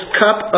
cup